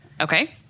Okay